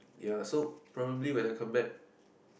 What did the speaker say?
ya so probably when I come back